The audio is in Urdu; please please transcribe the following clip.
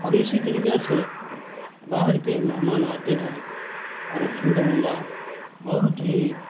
اور اسی طریقہ سے باہر کے مہمان آتے ہیں اور الحمد للہ بہت ہی